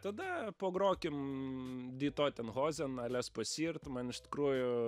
tada pagrokim die toten hosen alles passiert man iš tikrųjų